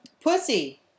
Pussy